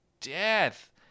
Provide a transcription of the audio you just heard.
death